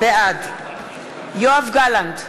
בעד יואב גלנט,